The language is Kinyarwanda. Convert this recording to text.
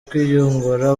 kwiyungura